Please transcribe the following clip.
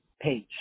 page